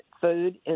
food